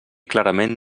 clarament